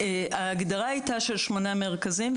ההגדרה הייתה של שמונה מרכזים,